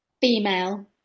female